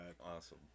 Awesome